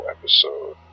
Episode